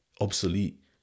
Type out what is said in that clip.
obsolete